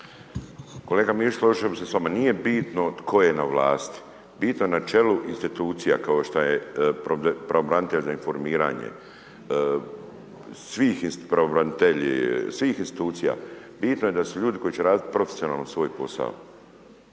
Kolega Mišić složio bih se s vama nije bitno tko je na vlasti, bitno je na čelu institucija kao što je pravobranitelj za informiranje, svih pravobranitelji svih institucija, bitno je da su ljudi koji će profesionalno svoj posao,